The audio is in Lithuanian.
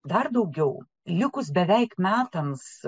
dar daugiau likus beveik metams